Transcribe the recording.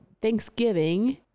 thanksgiving